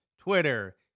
Twitter